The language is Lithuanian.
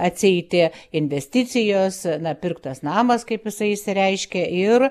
atsieiti investicijos na pirktas namas kaip jisai išsireiškė ir